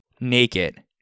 naked